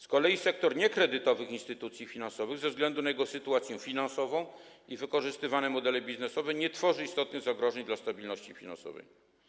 Z kolei sektor niekredytowych instytucji finansowych ze względu na jego sytuację finansową i wykorzystywane modele biznesowe nie tworzy istotnych zagrożeń dla stabilności finansowej.